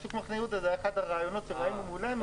שוק מחנה יהודה היה אחד הרעיונות שראינו מולנו,